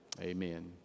Amen